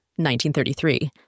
1933